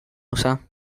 usar